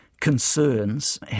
concerns